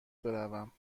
بروم